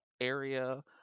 area